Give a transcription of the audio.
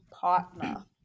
partner